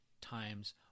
times